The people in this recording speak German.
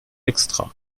extra